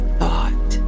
thought